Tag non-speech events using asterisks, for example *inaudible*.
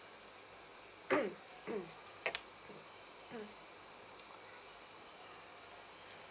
*coughs*